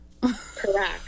Correct